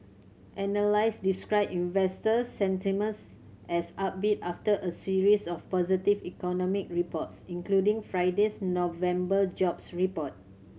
analysts described investor sentiments as upbeat after a series of positive economic reports including Friday's November jobs report